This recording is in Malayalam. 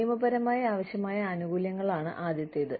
നിയമപരമായി ആവശ്യമായ ആനുകൂല്യങ്ങളാണ് ആദ്യത്തേത്